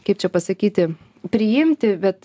kaip čia pasakyti priimti bet